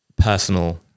personal